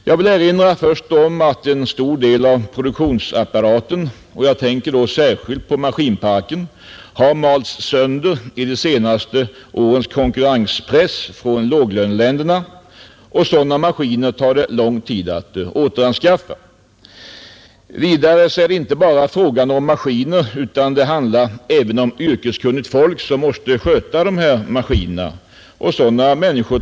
Jag vill först erinra om att en stor del av produktionsapparaten — jag tänker då särskilt på maskinparken — har malts sönder i de senaste årens konkurrenspress från låglöneländerna. Sådana maskiner tar det lång tid att återanskaffa. Vidare är det inte bara fråga om maskiner, utan det handlar även om yrkeskunnigt folk som skall sköta dessa maskiner. Det tar lång tid att utbilda sådana människor.